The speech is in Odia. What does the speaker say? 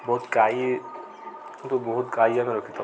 ବହୁତ ଗାଈ କିନ୍ତୁ ବହୁତ ଗାଈ ଆମେ ରଖିଥାଉ